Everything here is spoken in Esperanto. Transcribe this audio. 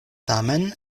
tamen